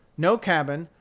no cabin,